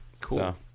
Cool